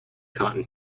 cotton